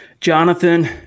Jonathan